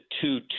two